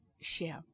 share